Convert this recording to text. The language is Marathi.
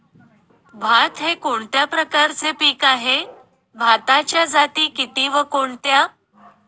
भात हे कोणत्या प्रकारचे पीक आहे? भाताच्या जाती किती व कोणत्या?